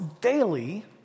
daily